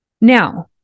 Now